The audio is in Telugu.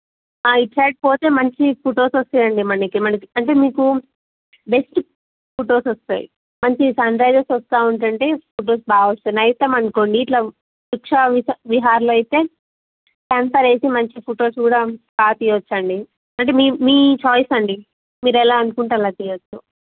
ఇటు సైడ్ పోతే మంచి ఫొటోస్ వస్తాయండి మనకి మనకి అంటే మీకు బెస్ట్ ఫొటోస్ వస్తాయి మంచి సన్రైజస్ వస్తూ ఉంటాయ అంటే ఫొటోస్ బాగా వస్తున్నాయ నైట్ టైం అనుకోండి ఇలా వృక్షా విహా విహార్లో అయితే అంతా వేసి మంచి ఫొటోస్ కూడా బాగా తియ్యచ్చండి అంటే మీ మీ ఛాయిస్ అండి మీరు ఎలా అనుకుంటే అలా చెయ్యచ్చు